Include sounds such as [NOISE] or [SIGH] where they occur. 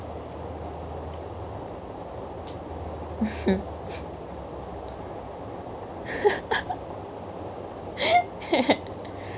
[LAUGHS]